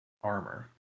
Armor